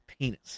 penis